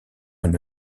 une